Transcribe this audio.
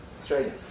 Australia